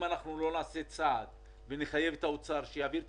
אם לא נעשה צעד ונחייב את משרד האוצר להעביר את